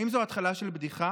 האם זו התחלה של בדיחה?